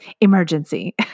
emergency